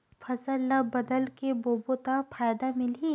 फसल ल बदल के बोबो त फ़ायदा मिलही?